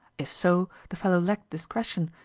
if so, the fellow lacked discretion,